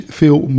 veel